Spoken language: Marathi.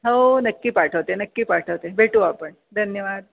हो नक्की पाठवते नक्की पाठवते भेटू आपण धन्यवाद